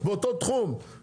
באותו תחום ואיחדו אותן.